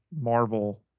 Marvel